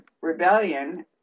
rebellion